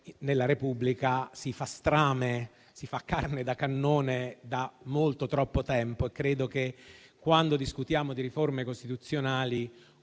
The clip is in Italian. nella Repubblica si fa strame, si fa carne da cannone da molto, troppo tempo. Credo che, quando discutiamo di riforme costituzionali,